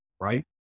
right